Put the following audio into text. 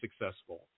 successful